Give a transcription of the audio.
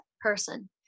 person